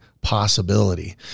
possibility